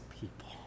people